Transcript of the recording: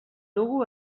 dugu